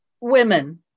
women